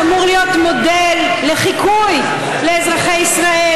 שאמור להיות מודל לחיקוי לאזרחי ישראל,